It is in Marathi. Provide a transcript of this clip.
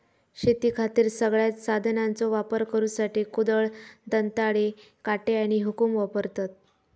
शेतीखातीर सगळ्यांत साधनांचो वापर करुसाठी कुदळ, दंताळे, काटे आणि हुकुम वापरतत